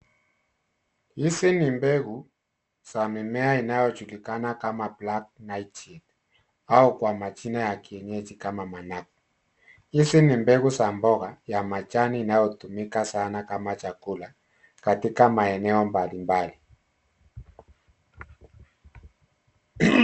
Hizi ni mbegu za mimea inayojulikana kama black nightshade au kwa majina ya kienyeji kama managu. Hizi ni mbegu za mboga ya majani inayotumika sana kama chakula katika maeneo mbalimbali.